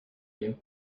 you